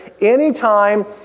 Anytime